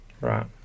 Right